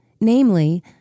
namely